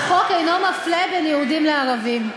החוק אינו מפלה בין יהודים לערבים.